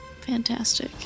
Fantastic